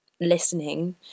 listening